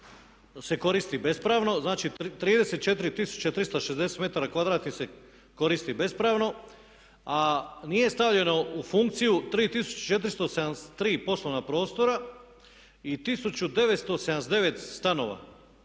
se koristi bespravno, znači 34360 m2 se koristi bespravno, a nije stavljeno u funkciju 3473 poslovna prostora i 1979 stanova.